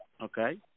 okay